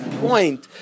point